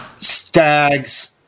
Stags